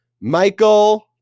Michael